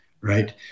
right